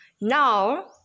Now